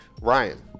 Ryan